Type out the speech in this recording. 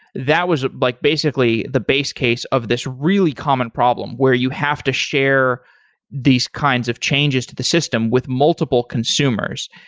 that was like basically the base case of this really common problem where you have to share these kinds of changes to the system with multiple consumers.